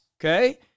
okay